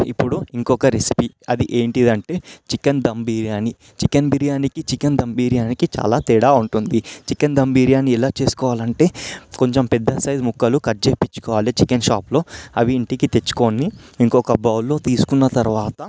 ఇప్పుడు ఇంకొక రెసిపీ అది ఏంటంటే చికెన్ దమ్ బిర్యాని చికెన్ బిర్యానీకి చికెన్ దమ్ బిర్యానికి చాలా తేడా ఉంటుంది చికెన్ దమ్ బిర్యాని ఎలా చేసుకోవాలంటే కొంచెం పెద్ద సైజ్ ముక్కలు కట్ చేపించుకోవాలి చికెన్ షాప్లో అవి ఇంటికి తెచ్చుకొని ఇంకొక బౌల్లో తీసుకున్న తరువాత